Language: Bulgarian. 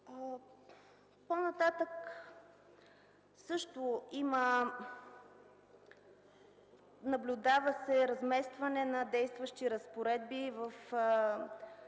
По-нататък също се наблюдава разместване на действащи разпоредби в